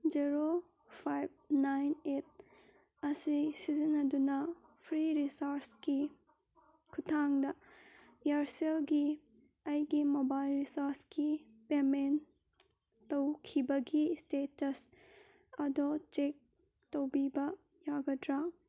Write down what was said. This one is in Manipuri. ꯖꯦꯔꯣ ꯐꯥꯏꯚ ꯅꯥꯏꯟ ꯑꯩꯠ ꯑꯁꯤ ꯁꯤꯖꯤꯟꯅꯗꯨꯅ ꯐ꯭ꯔꯤ ꯔꯤꯆꯥꯔꯖꯀꯤ ꯈꯨꯊꯥꯡꯗ ꯏꯌꯔꯁꯦꯜꯒꯤ ꯑꯩꯒꯤ ꯃꯣꯕꯥꯏꯜ ꯔꯤꯆꯥꯔꯖꯀꯤ ꯄꯦꯃꯦꯟ ꯇꯧꯈꯤꯕꯒꯤ ꯏꯁꯇꯦꯇꯁ ꯑꯗꯣ ꯆꯦꯛ ꯇꯧꯕꯤꯕ ꯌꯥꯒꯗ꯭ꯔꯥ